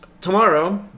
tomorrow